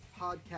Podcast